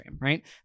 right